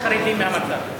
הערבים מאוד חרדים מהמצב.